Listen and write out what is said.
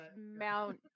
Mount